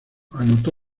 anotó